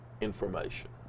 information